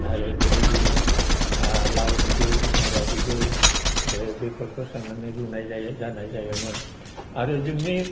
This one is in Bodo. आरो बेबायदि लाव बिजौ माबा बिजौ बे बेफोरखौ सोंनानै रुनाय जायो जानाय जायोमोन आरो जोंनि